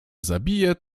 zabije